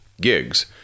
gigs